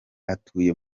atuye